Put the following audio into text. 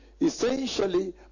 essentially